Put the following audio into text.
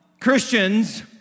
Christians